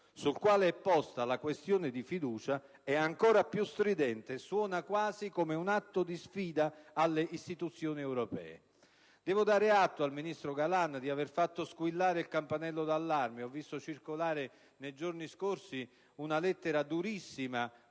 sul quale è posta la questione di fiducia è ancora più stridente; suona quasi come un atto di sfida alle istituzioni europee. Devo dare atto al ministro Galan di aver fatto squillare il campanello d'allarme. Ho visto circolare nei giorni scorsi una lettera durissima